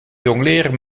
jongleren